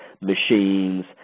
machines